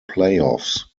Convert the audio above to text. playoffs